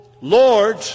Lord